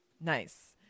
Nice